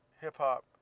hip-hop